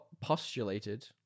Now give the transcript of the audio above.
postulated